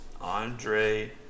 Andre